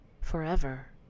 forever